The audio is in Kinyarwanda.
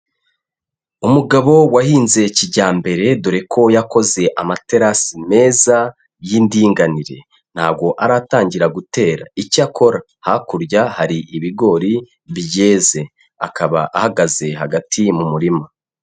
Umugabo wahinze kijyambere, dore ko yakoze amaterasi meza y'indinganire, ntago aratangira gutera, icya kora hakurya hari ibigori byeze, akaba ahagaze hagati mu murima.